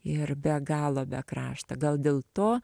ir be galo be krašto gal dėl to